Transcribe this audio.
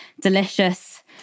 delicious